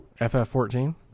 ff14